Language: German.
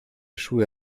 schuhe